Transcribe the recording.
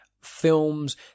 films